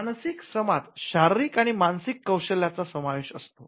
मानसिक श्रमात शारीरिक आणि मानसिक कौशल्यांचा समावेश असतो